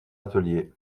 atelier